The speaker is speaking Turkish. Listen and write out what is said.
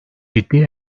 ciddi